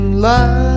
Love